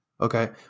okay